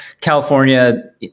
California